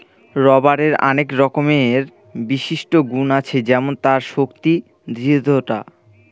রবারের আনেক রকমের বিশিষ্ট গুন আছে যেমন তার শক্তি, দৃঢ়তা